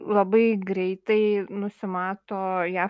labai greitai nusimato jav